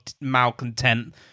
malcontent